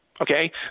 Okay